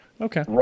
Okay